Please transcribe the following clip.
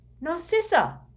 Narcissa